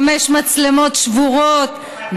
חמש מצלמות שבורות,